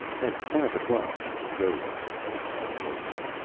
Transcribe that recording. at five o'clock he rode out of town on a local.